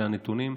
אלה הנתונים.